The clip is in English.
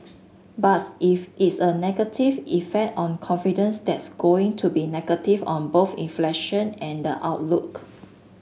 but if it's a negative effect on confidence that's going to be negative on both inflation and the outlook